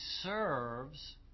serves